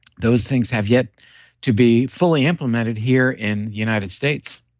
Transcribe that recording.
those things have yet to be fully implemented here in the united states